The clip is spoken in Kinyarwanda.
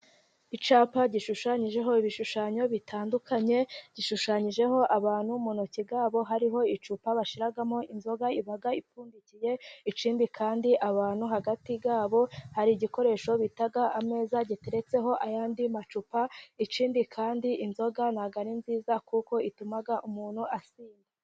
Icyapa gishushanyijeho ibishushanyo bitandukanye, gishushanyijeho abantu mu ntoki zabo hariho icupa bashiragamo inzoga iba ipfundikiye, ikindi kandi abantu hagati yabo hari igikoresho bitaga ameza giteretseho ayandi macupa, ikindi kandi inzoga ntabwo ari nziza kuko ituma umuntu asinda.